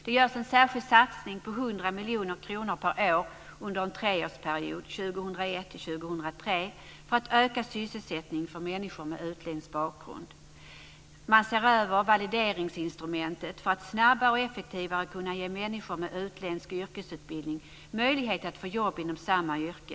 Det görs en särskild satsning på 100 miljoner kronor per år under en treårsperiod 2001-2003 för att öka sysselsättningen för människor med utländsk bakgrund. Man ser över valideringsinstrumentet för att snabbare och effektivare kunna ge människor med utländsk yrkesutbildning möjlighet att få jobb inom samma yrke.